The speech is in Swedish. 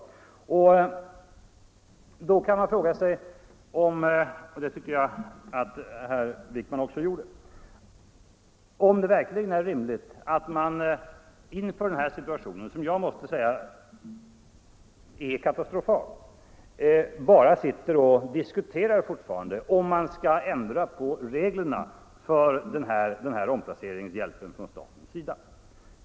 Då frågar jag mig: Är det verkligen rimligt att man inför denna situation, som jag måste säga är katastrofal, fortfarande bara befinner sig på diskussionsstadiet när det gäller frågan om man skall ändra på reglerna för omplaceringshjälpen från statens sida?